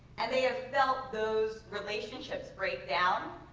and they had felt those relationships break down.